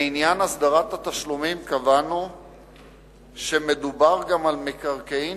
לעניין הסדרת התשלומים קבענו שמדובר גם על מקרקעין